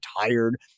tired